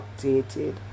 updated